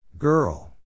Girl